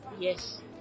Yes